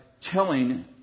telling